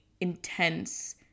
intense